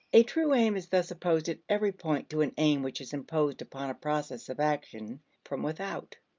a true aim is thus opposed at every point to an aim which is imposed upon a process of action from without.